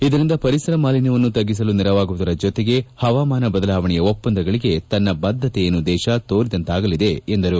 ಇದರಿಂದ ಪರಿಸರ ಮಾಲಿನ್ನವನ್ನು ತಗ್ಗಿಸಲು ನೆರವಾಗುವುದರ ಜೊತೆಗೆ ಹವಾಮಾನ ಬದಲಾವಣೆಯ ಒಪ್ಲಂದಗಳಗೆ ತನ್ನ ಬದ್ಗತೆಯನ್ನು ದೇಶ ತೋರಿದಂತಾಗಲಿದೆ ಎಂದರು